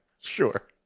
Sure